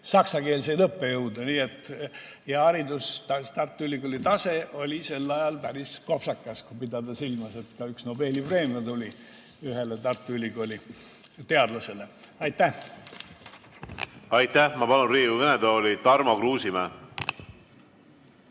saksakeelseid õppejõude. Tartu Ülikooli tase oli sel ajal päris kopsakas, kui pidada silmas, et ka üks Nobeli preemia tuli ühele Tartu Ülikooli teadlasele. Aitäh! Aitäh! Ma palun Riigikogu kõnetooli Tarmo Kruusimäe.